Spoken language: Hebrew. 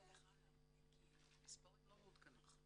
המספרים לא מעודכנים.